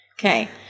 Okay